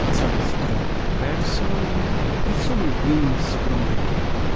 so let's draw a person with some wings from the head,